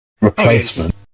Replacement